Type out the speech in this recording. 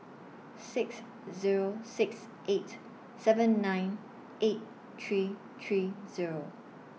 six Zero six eight seven nine eight three three Zero